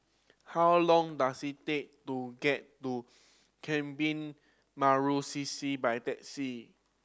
how long does it take to get to Kebun Baru C C by taxi